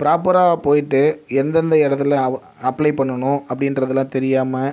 ப்ராப்பரா போயிட்டு எந்தெந்த இடத்தில் அப்ளை பண்ணனும் அப்படின்றதெல்லாம் தெரியாமல்